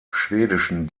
schwedischen